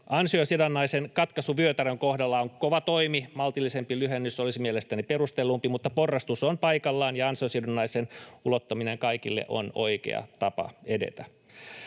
Ansiosidonnaisen katkaisu vyötärön kohdalla on kova toimi. Maltillisempi lyhennys olisi mielestäni perustellumpi, mutta porrastus on paikallaan, ja ansiosidonnaisen ulottaminen kaikille on oikea tapa edetä.